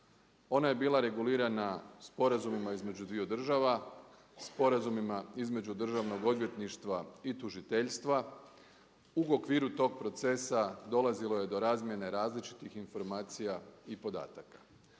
Ona je bila regulirana sporazumima između dviju države, sporazumima između državnog odvjetništva i tužiteljstva. U okviru tog procesa dolazilo je do razmjene različitih informacija i podataka.